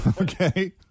Okay